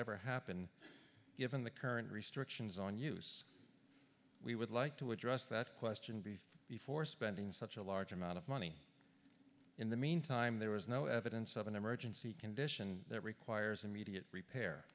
ever happen given the current restrictions on use we would like to address that question beef before spending such a large amount of money in the meantime there was no evidence of an emergency condition that requires immediate repair